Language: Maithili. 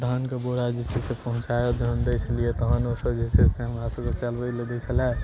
धानके बोरा जे छै से पहुँचा जहन दै छलिए तहन ओसभ जे छै से हमरा सभके चलबैलए दै छलै